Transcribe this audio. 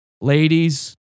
Ladies